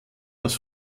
aus